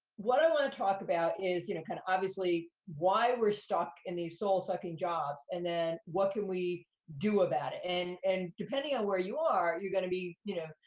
what i wanna talk about is, you know, kind of obviously why we're stuck in these soul-sucking jobs, and then what can we do about it? and depending on where you are, you're gonna be, you know,